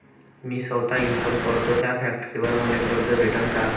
मी सौता इनकाम करतो थ्या फॅक्टरीवर मले कर्ज भेटन का?